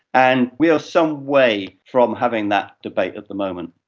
and we are some way from having that debate at the moment.